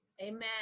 Amen